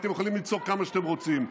אתם יכולים לצעוק כמה שאתם רוצים,